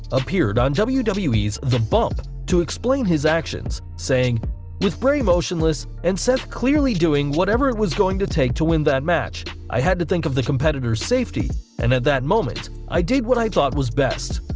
appeared on wwe's wwe's the bump, to explain his actions, saying with bray motionless, and seth clearly doing whatever it was going to take to win that match. i had to think of the competitor's safety and at that moment, i did what i thought was best.